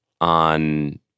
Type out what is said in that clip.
on